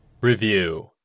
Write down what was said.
Review